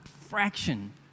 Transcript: fraction